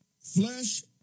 flesh